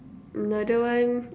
another one